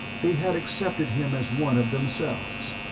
they had accepted him as one of themselves.